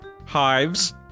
hives